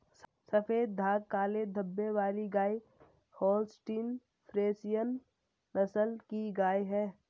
सफेद दाग काले धब्बे वाली गाय होल्सटीन फ्रिसियन नस्ल की गाय हैं